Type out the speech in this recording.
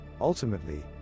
Ultimately